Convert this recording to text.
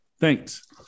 Thanks